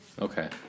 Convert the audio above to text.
Okay